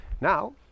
Now